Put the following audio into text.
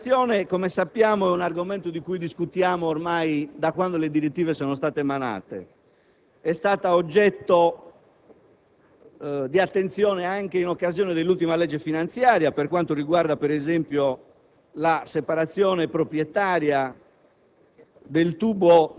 la separazione, come sappiamo, è argomento di cui discutiamo da quando le direttive sono state emanate; è stata oggetto di attenzione anche in occasione dell'ultima legge finanziaria per quanto concerne, ad esempio, la separazione proprietaria